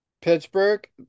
Pittsburgh